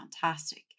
fantastic